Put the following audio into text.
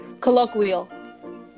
Colloquial